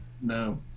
no